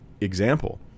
Example